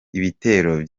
ibitero